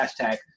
Hashtag